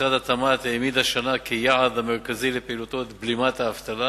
משרד התמ"ת העמיד השנה כיעד המרכזי לפעילותו את בלימת האבטלה